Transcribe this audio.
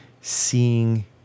seeing